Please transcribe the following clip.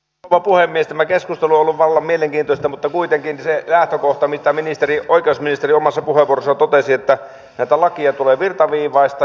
tämä keskustelu on ollut vallan mielenkiintoista mutta kuitenkin se lähtökohta mitä oikeusministeri omassa puheenvuorossaan totesi että näitä lakeja tulee virtaviivaistaa